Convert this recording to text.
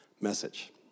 message